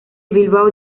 bilbao